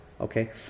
Okay